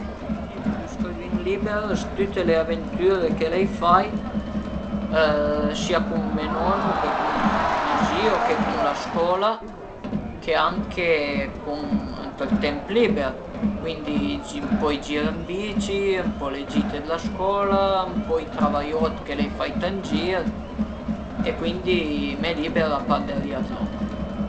Me parin al a inflüensame cun sa pasiun per le moto e per le macchine e cuindi dizuma ch'ades al e co mia pasiun e cuindi dizuma che anduma d'acordi përché tüte le volte che s'veduma cinfrugnuma cuaicoza dë lon e pasuma ël temp e a mi a m'pias ën bel po